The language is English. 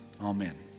Amen